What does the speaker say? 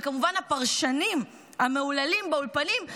וכמובן הפרשנים המהוללים באולפנים,